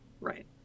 Right